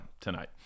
tonight